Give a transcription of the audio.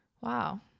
Wow